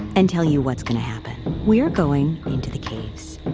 and tell you what's going to happen. we're going to the caves.